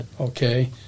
okay